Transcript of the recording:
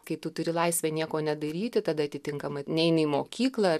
kai tu turi laisvę nieko nedaryti tada atitinkamai neini į mokyklą